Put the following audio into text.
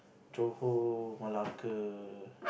Johor Malacca